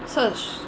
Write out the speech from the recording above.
search